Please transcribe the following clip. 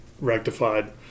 rectified